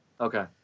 Okay